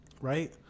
Right